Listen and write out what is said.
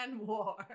war